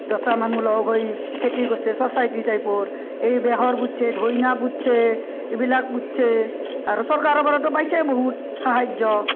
দহটা মানুহ লগ হৈ খেতি কৰছে চচাইটি টাইপৰ এই বেহৰ পুতছে ধইনা পুতছে এইবিলাক পুতছে আৰু চৰকাৰৰ পৰাতো পাইছেই বহুত সাহাৰ্য